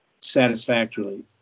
satisfactorily